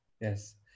yes